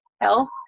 health